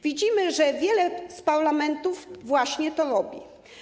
Widzimy, że wiele z parlamentów właśnie to robi.